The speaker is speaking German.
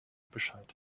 bescheid